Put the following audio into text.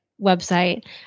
website